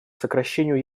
сокращению